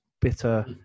bitter